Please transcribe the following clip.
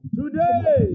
today